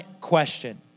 question